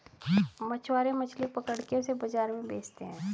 मछुआरे मछली पकड़ के उसे बाजार में बेचते है